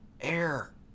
Air